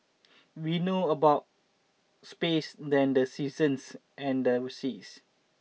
we know about space than the seasons and the seas